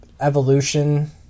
evolution